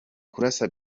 kurasa